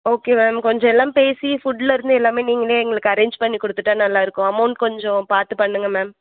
okay ma'am கொஞ்சம் எல்லாம் பேசி ஃபுட்டில் இருந்து எல்லாமே நீங்களே எங்களுக்கு அரேஞ்ச் பண்ணிக் கொடுத்துட்டா நல்லா இருக்கும் அமௌண்ட் கொஞ்சம் பார்த்து பண்ணுங்கள் மேம்